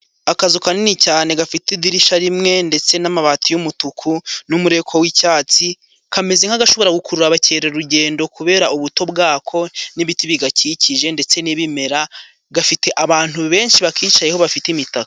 Akazu kanini cyane gafite idirisha rimwe ndetse n'amabati y'umutuku n'umurego w'icyatsi, kameze nk'agashobora gukurura abakerarugendo kubera ubuto bwako n'ibiti bigakikije ndetse n'ibimera, gafite abantu benshi bakicayeho bafite imitaka.